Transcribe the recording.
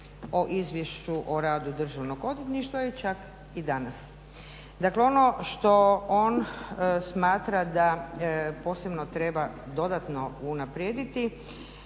o izvješću o radu Državnog odvjetništva čak i danas. Dakle, ono što on smatra da posebno treba dodatno unaprijediti,